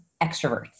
extroverts